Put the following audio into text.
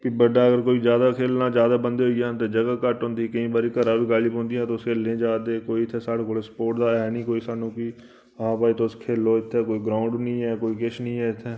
की बड्डा अगर कोई जादा खेढना जादा बंदे होई जान ते जगह् घट्ट होंदी केईं बारी घरां बी गालीं पौंदियां तुस खेढने लेई जा दे कोई इत्थै साढ़े कोल स्पोर्ट दा है निं कोई सानूं बी आं भाई तोस खेलो इत्थै कोई ग्राउंड बी ऐ कोई कुछ निं है इत्थै